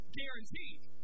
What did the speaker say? guaranteed